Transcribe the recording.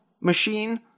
machine